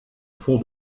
fond